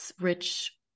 rich